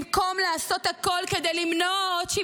במקום לעשות הכול כדי למנוע עוד 7